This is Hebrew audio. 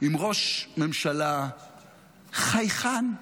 עם ראש ממשלה חייכן.